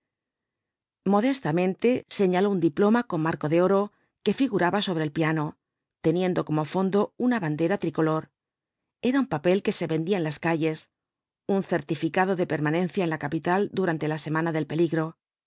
modestamente señaló un diploma con marco de oro que figuraba sobre el piano teniendo como fondo una bandera tricolor era un papel que se vendía en las calles un certificado de permanencia en la capital durante la semana del peli'gro